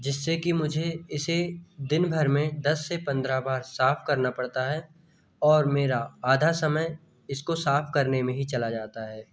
जिससे कि मुझे इसे दिन भर में दस से पंद्रह बार साफ करना पड़ता है और मेरा आधा समय इसको साफ करने में ही चला जाता है